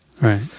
Right